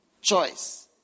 choice